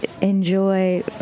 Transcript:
enjoy